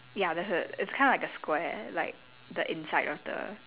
ya there's a it's kind of like a square like the inside of the